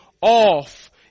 off